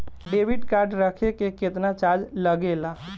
Debit card रखे के केतना चार्ज लगेला?